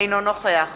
אינו נוכח